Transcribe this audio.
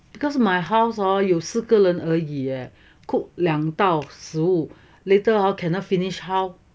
because my house lor 有四个人而已 cook 两道食物 later cannot finish how